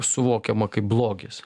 suvokiama kaip blogis